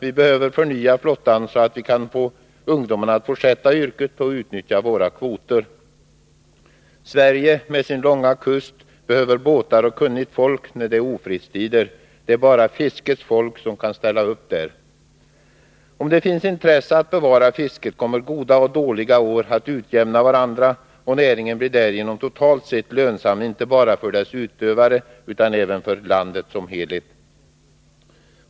Vi behöver förnya flottan, så att vi kan få ungdomen att fortsätta yrket och utnyttja våra kvoter. Sverige med sin långa kust behöver båtar och kunnigt folk när det är ofredstider. Det är bara fiskets folk som kan ställa upp där. Om det finns intresse för att bevara fisket kommer goda och dåliga år att utjämna varandra, och näringen blir därigenom totalt sett lönsam, inte bara för sina utövare utan även för landet som helhet.